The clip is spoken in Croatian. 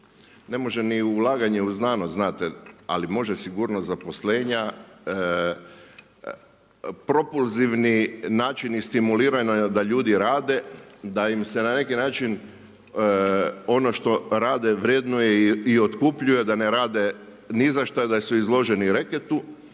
Ne može ni ulaganje u znanost znate, ali može sigurnost zaposlenja, propulzivni načini stimuliranja da ljudi rade, da im se na neki način ono što rade vrednuje i otkupljuje da ne rade ni za šta, da su izloženi reketu,